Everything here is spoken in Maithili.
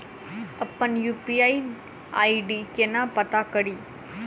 अप्पन यु.पी.आई आई.डी केना पत्ता कड़ी?